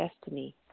destiny